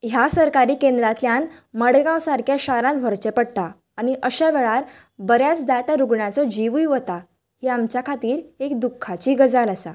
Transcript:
ह्या सरकारी केंद्रांतल्यान मडगांव सारक्या शारांत व्हरचें पडटा आनी अशा वेळार बऱ्याचदा त्या रुग्णाचो जिवूय वता हीं आमचे खातीर एक दुख्खाची गजाल आसा